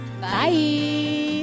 Bye